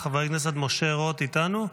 חבר הכנסת משה רוט איתנו?